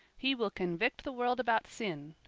he will convict the world about sin,